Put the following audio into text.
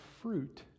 fruit